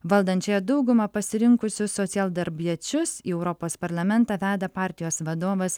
valdančiąją daugumą pasirinkusių socialdarbiečius į europos parlamentą veda partijos vadovas